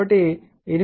5 కాబట్టి 8